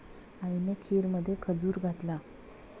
आईने खीरमध्ये खजूर घातला